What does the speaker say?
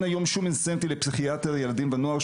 היום שום תמריץ לפסיכיאטר ילדים ונוער,